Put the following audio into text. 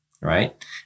right